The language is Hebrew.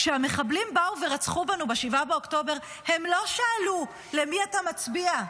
כשהמחבלים באו ורצחו בנו ב-7 באוקטובר הם לא שאלו: למי אתה מצביע?